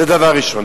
זה דבר ראשון.